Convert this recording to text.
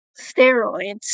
steroids